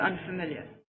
unfamiliar